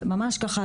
ממש ככה,